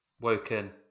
Woken